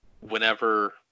whenever